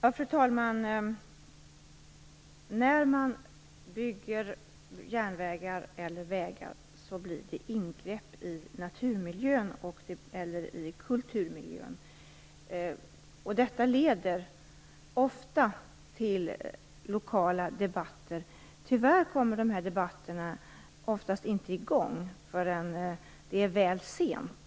Fru talman! När man bygger järnvägar eller vägar blir det ingrepp i naturmiljön eller i kulturmiljön. Detta leder ofta till lokala debatter. Tyvärr kommer dessa debatter oftast inte i gång förrän det är väl sent.